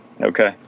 Okay